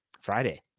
Friday